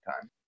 time